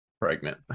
pregnant